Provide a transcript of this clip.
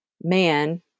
man